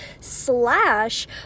slash